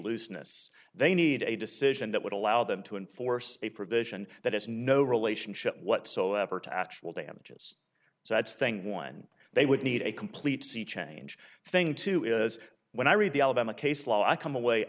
ooseness they need a decision that would allow them to enforce a provision that has no relationship whatsoever to actual damages so i think one they would need a complete sea change thing to it when i read the alabama case law i come away